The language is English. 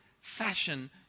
fashion